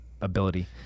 ability